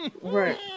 Right